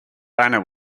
banner